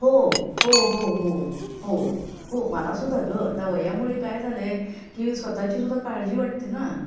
हो हो हो हो हो मलासुद्धा ग आता वयामुळे काय झालं आहे की स्वतःचीसुद्धा काळजी वाटते ना